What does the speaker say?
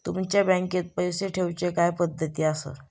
तुमच्या बँकेत पैसे ठेऊचे काय पद्धती आसत?